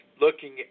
looking